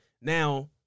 now